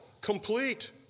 complete